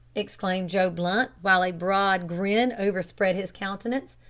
exclaimed joe blunt, while a broad grin overspread his countenance,